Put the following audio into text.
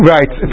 Right